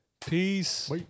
Peace